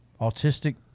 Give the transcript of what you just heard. autistic